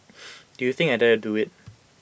do you think I dare to do IT